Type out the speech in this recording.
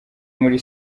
muri